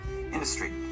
industry